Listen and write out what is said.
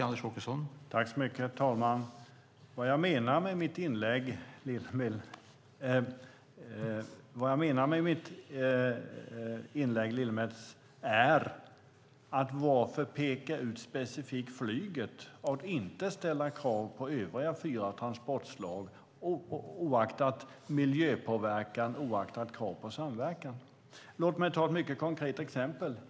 Herr talman! Med mitt inlägg, Lillemets, ville jag säga: Varför specifikt peka ut flyget och inte ställa krav på övriga fyra transportslag oavsett miljöpåverkan och krav på samverkan? Låt mig ta ett mycket konkret exempel.